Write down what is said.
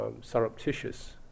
surreptitious